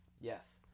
Yes